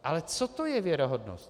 Ale to je věrohodnost?